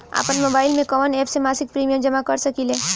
आपनमोबाइल में कवन एप से मासिक प्रिमियम जमा कर सकिले?